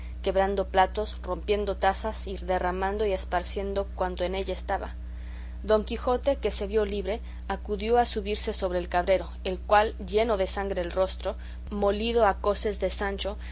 quebrando platos rompiendo tazas y derramando y esparciendo cuanto en ella estaba don quijote que se vio libre acudió a subirse sobre el cabrero el cual lleno de sangre el rostro molido a coces de sancho